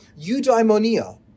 Eudaimonia